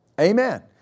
Amen